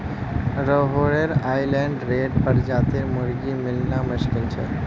Rhode Island Red प्रजातिर मुर्गी मिलना मुश्किल छ